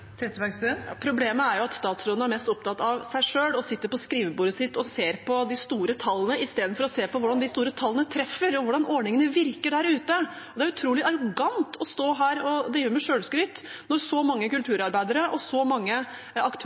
Problemet er at statsråden er mest opptatt av seg selv og sitter ved skrivebordet sitt og ser på de store tallene, istedenfor å se på hvordan de store tallene treffer, og hvordan ordningene virker der ute. Det er utrolig arrogant å stå her og drive med selvskryt når så mange kulturarbeidere og så mange